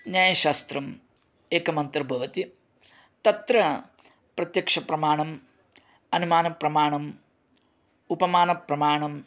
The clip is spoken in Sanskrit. न्यायशास्त्रम् एकमन्तर्भवति तत्र प्रत्यक्षप्रमाणम् अनुमानप्रमाणम् उपमानप्रमाणम्